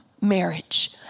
marriage